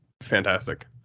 fantastic